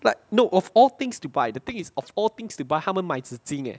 but no of all things to buy the thing is of all things to buy 他们买纸巾 leh